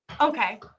Okay